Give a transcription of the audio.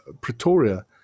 Pretoria